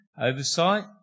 Oversight